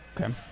okay